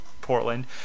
Portland